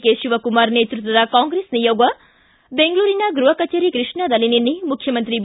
K Shivakumar ನೇತೃತ್ವದ Congress ನಿಯೋಗ ಬೆಂಗಳೂರಿನ ಗೃಪ ಕಚೇರಿ ಕೃಷ್ಣಾದಲ್ಲಿ ನಿನ್ನೆ ಮುಖ್ಯಮಂತ್ರಿ ಬಿ